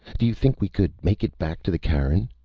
do you think we could make it back to the cairn?